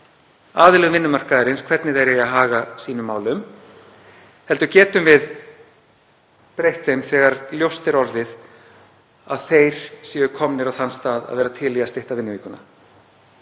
aðilum vinnumarkaðarins hvernig þeir eigi að haga sínum málum heldur getum við breytt þeim þegar ljóst er orðið að þeir séu komnir á þann stað að vera til í að stytta vinnuvikuna.